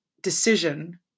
decision